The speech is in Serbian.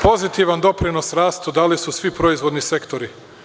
Pozitivan doprinos rastu dali su svi proizvodni sektori.